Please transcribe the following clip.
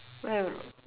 where